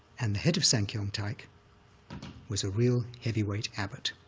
and the head of sankyaung taik was a real heavyweight abbot.